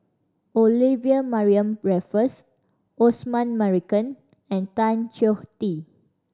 Olivia Mariamne Raffles Osman Merican and Tan Choh Tee